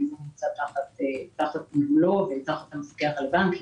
זה נמצא תחת ניהולו ותחת המפקח על הבנקים.